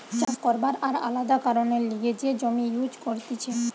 চাষ করবার আর আলাদা কারণের লিগে যে জমি ইউজ করতিছে